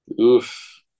Oof